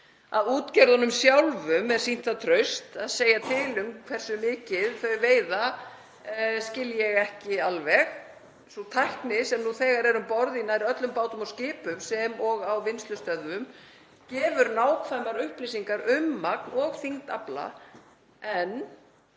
að útgerðunum sjálfum er sýnt það traust að segja til um hversu mikið veiðist. Sú tækni sem nú þegar er um borð í nær öllum bátum og skipum sem og á vinnslustöðvum gefur nákvæmar upplýsingar um magn og þyngd afla en